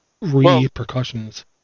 repercussions